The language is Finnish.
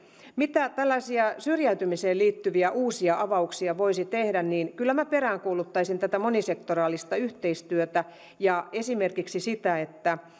mitä syrjäytymiseen liittyviä uusia avauksia voisi tehdä niin kyllä minä peräänkuuluttaisin tätä monisektoraalista yhteistyötä ja esimerkiksi sitä että